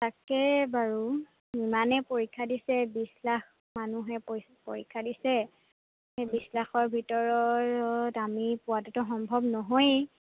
তাকে বাৰু ইমানে পৰীক্ষা দিছে বিছ লাখ মানুহে পৰী পৰীক্ষা দিছে সেই বিছ লাখৰ ভিতৰত আমি পোৱাতোটো সম্ভৱ নহয়েই